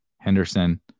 Henderson